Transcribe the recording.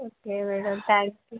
okay madam thank you